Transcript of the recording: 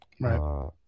Right